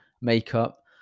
makeup